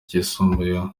byisumbuyeho